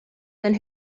then